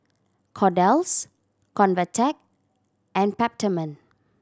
Kordel's Convatec and Peptamen